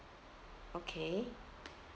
okay